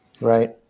Right